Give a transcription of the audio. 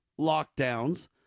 lockdowns